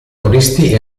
turisti